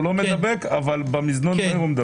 הוא לא מדבק אבל במזנון בקניון הוא מדבק.